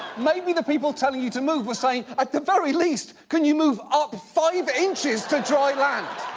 maybe the people telling you to move were saying, at the very least, can you move up five inches to dry land?